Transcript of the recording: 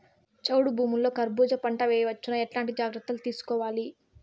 చౌడు భూముల్లో కర్బూజ పంట వేయవచ్చు నా? ఎట్లాంటి జాగ్రత్తలు తీసుకోవాలి?